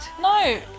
no